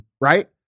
Right